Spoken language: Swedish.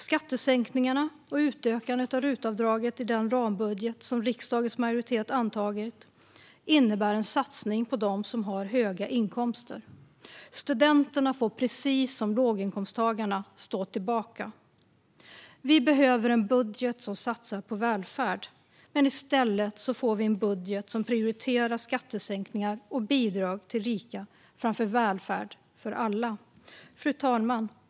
Skattesänkningarna och utökandet av RUT-avdraget i den rambudget som riksdagens majoritet har antagit innebär en satsning på dem som har höga inkomster. Studenterna får precis som låginkomsttagarna stå tillbaka. Vi behöver en budget som satsar på välfärd, men i stället får vi en budget som prioriterar skattesänkningar och bidrag till rika framför välfärd för alla. Fru talman!